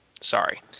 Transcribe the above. Sorry